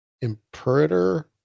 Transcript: Imperator